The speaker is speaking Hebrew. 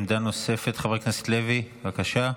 עמדה נוספת, חבר הכנסת לוי, בבקשה.